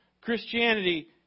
Christianity